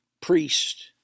priest